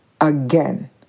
Again